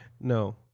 No